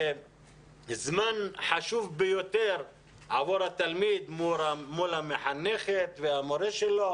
זה זמן חשוב ביותר עבור התלמיד מול המחנכת והמורה שלו